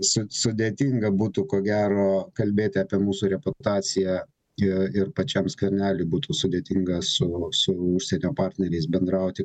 su sudėtinga būtų ko gero kalbėti apie mūsų reputaciją ir ir pačiam skverneliui būtų sudėtinga su su užsienio partneriais bendrauti